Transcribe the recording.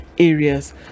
areas